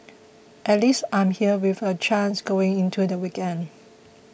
at least I'm there with a chance going into the weekend